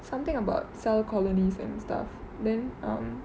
something about cell colonies and stuff then um